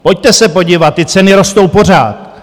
Pojďte se podívat, ty ceny rostou pořád.